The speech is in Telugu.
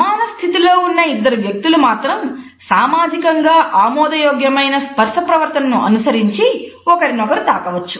సమాన స్థితిలో ఉన్న ఇద్దరు వ్యక్తులు మాత్రం సామాజికంగా ఆమోదయోగ్యమైన స్పర్స ప్రవర్తనను అనుసరించి ఒకరినొకరు తాకవచ్చు